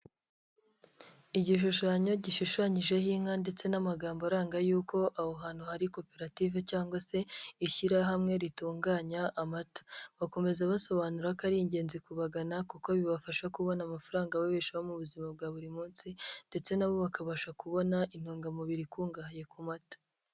Igishushanyo gishushanyijeho inka ndetse n'amagambo aranga yuko aho hantu hari koperative cyangwa se ishyirahamwe ritunganya amata. Bakomeza basobanura ko ari ingenzi kubagana kuko bibafasha kubona amafaranga ababeshaho mu buzima bwa buri munsi ndetse nabo bakabasha kubona intungamubiri ikungahaye ku mata.